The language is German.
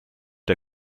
der